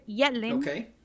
Okay